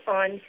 on